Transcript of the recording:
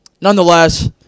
nonetheless